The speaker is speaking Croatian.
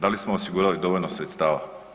Da li smo osigurali dovoljno sredstava?